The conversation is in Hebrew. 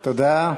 תודה.